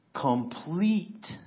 complete